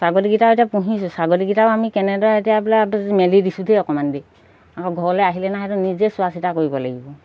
ছাগলীকেইটাও এতিয়া পুহিছোঁ ছাগলীকেইটাও আমি কেনেদৰে এতিয়া বোলে মেলি দিছোঁ দেই অকণমান দেৰি আকৌ ঘৰলৈ আহিলে নাই সেইটো নিজে চোৱা চিতা কৰিব লাগিব